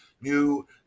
new